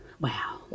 wow